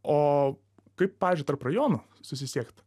o kaip pavyzdžiui tarp rajonų susisiekt